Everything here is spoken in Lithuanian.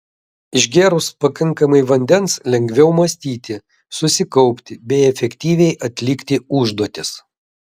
išgėrus pakankamai vandens lengviau mąstyti susikaupti bei efektyviai atlikti užduotis